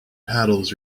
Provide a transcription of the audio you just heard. paddles